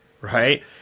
Right